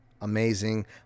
Amazing